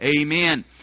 Amen